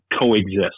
coexist